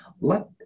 Let